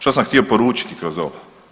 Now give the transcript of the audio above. Što sam htio poručiti kroz ovo?